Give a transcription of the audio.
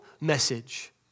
message